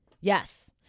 Yes